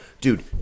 dude